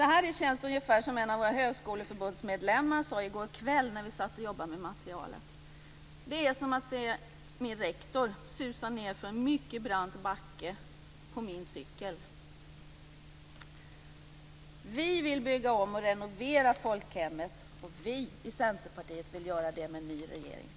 Det här känns ungefär som en av våra högskoleförbundsmedlemmar sade i går kväll när vi satt och jobbade med materialet: Det är som att se min rektor susa ned för en mycket brant backe på min cykel. Vi vill bygga om och renovera folkhemmet, och vi i Centerpartiet vill göra det med en ny regering.